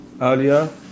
earlier